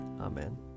Amen